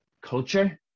culture